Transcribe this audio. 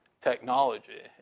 technology